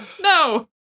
No